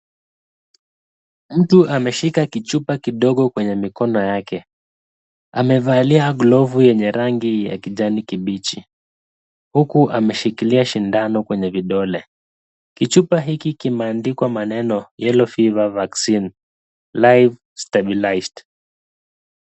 Mtu ameshika kichupa kidogo kwenye mikono yake. Amevalia glovu yenye rangi ya kijani kibichi, huku ameshikilia sindano kwenye vidole. Kichupa hiki kimeandikwa maneno yellow fever vaccine live stabilized .